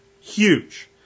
Huge